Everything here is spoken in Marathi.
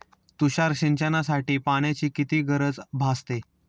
तुषार सिंचनासाठी पाण्याची किती गरज भासते?